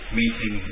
meeting